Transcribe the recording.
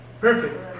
Perfect